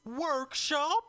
Workshop